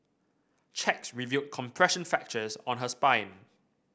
checks revealed compression fractures on her spine